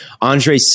Andre